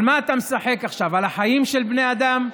על מה אתה משחק עכשיו, על החיים של בני אדם?